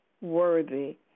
worthy